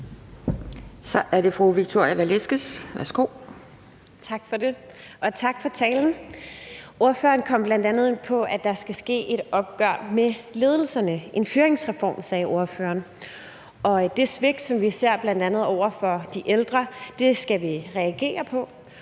Kl. 17:48 Victoria Velasquez (EL): Tak for det, og tak for talen. Ordføreren kom bl.a. ind på, at der skal ske et opgør med ledelserne; en fyringsreform, sagde ordføreren. Og det svigt, som vi ser bl.a. over for de ældre, skal vi reagere på,